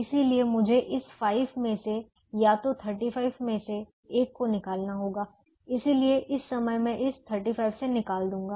इसलिए मुझे इस 5 में से या तो 35 में से 1 को निकालना होगा इसलिए इस समय मैं इस 35 से निकाल दूंगा